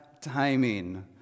timing